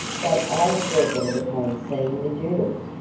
but i had reckoned upon seeing the jewels,